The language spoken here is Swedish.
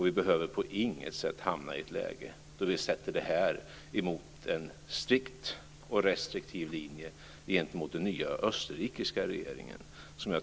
Vi behöver på inget sätt hamna i ett läge då detta sätts emot en strikt och restriktiv linje gentemot den nya österrikiska regeringen.